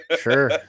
sure